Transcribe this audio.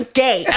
gay